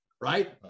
right